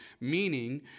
meaning